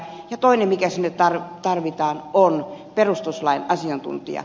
ja toinen mikä sinne tarvitaan on perustuslakiasiantuntija